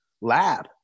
lab